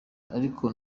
ariko